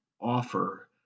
offer